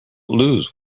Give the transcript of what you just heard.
lose